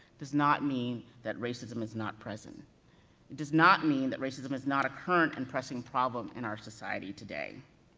does not mean that racism is not present. it does not mean that racism is not a current and pressing problem in our society today.